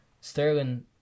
Sterling